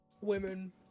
women